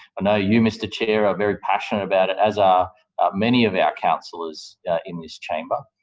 ah know you, mr chair, are very passionate about it, as are many of our councillors in this chamber,